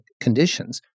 conditions